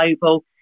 global